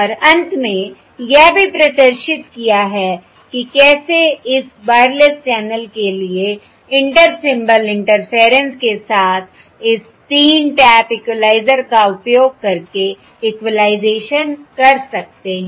और अंत में यह भी प्रदर्शित किया है कि कैसे इस वायरलेस चैनल के लिए इंटर सिंबल इंटरफेरेंस के साथ इस 3 टैप इक्वलाइज़र का उपयोग करके इक्विलाइजेशन कर सकते हैं